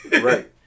right